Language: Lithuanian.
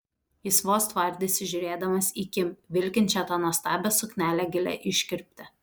jis vos tvardėsi žiūrėdamas į kim vilkinčią tą nuostabią suknelę gilia iškirpte